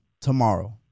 Tomorrow